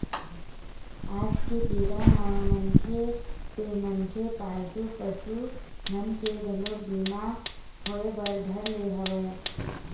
आज के बेरा म मनखे ते मनखे पालतू पसु मन के घलोक बीमा होय बर धर ले हवय